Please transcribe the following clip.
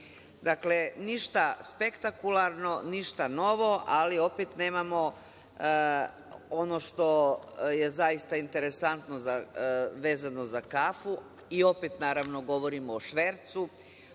kafe. Dakle, ništa spektakularno, ništa novo, ali opet nemamo ono što je zaista interesantno vezano za kafu i opet naravno govorimo švercu. Od